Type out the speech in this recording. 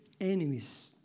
enemies